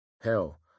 Hell